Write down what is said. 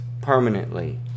permanently